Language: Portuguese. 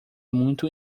muito